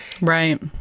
right